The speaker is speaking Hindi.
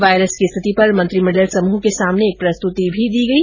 वायरस की स्थिति पर मंत्रिमण्डल समूह के सामने एक प्रस्तुति भी दी गई